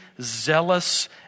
zealous